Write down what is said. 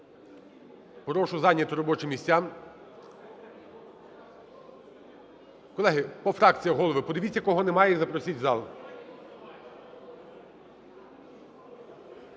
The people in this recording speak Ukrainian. Прошу зайняти робочі місця. Колеги по фракціях, голови подивіться, кого немає, і запросіть в зал.